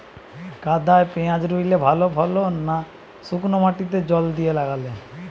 কাদায় পেঁয়াজ রুইলে ভালো ফলন না শুক্নো মাটিতে জল দিয়ে লাগালে?